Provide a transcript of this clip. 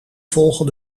volgen